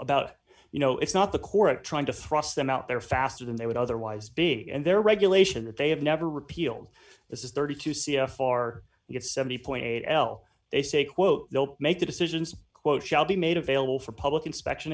about you know it's not the court trying to thrust them out there faster than they would otherwise big and they're regulation that they have never repealed this is thirty two c f r get seventy point eight l they say quote make the decisions quote shall be made available for public inspection